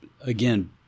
again